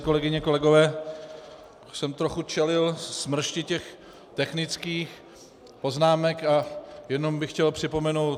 Kolegyně a kolegové, už jsem trochu čelil smršti těch technických poznámek, ale jen bych chtěl připomenout